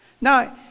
Now